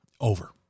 Over